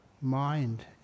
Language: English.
mind